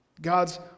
God's